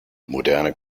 moderne